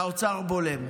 והאוצר בולם.